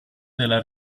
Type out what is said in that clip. della